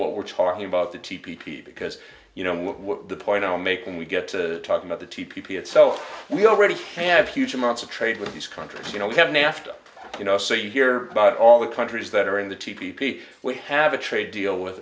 what we're talking about the t p because you know what the point i'll make when we get to talking about the t p itself we already have huge amounts of trade with these countries you know we have nafta you know so you hear about all the countries that are in the tepee we have a trade deal with